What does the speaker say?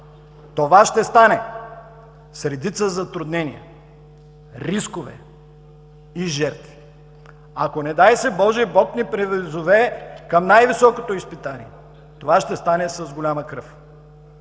„Това ще стане с редица затруднения, рискове и жертви, а ако, не дай си Боже, Бог ни призове към най-високото изпитание, това ще стане с голяма кръв“.